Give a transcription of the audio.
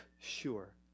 Sure